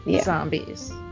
zombies